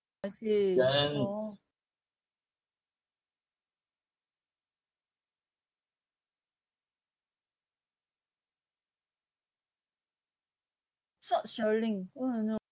I see short-selling ya I know